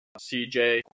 CJ